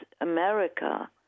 America